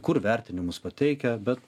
kur vertinimus pateikia bet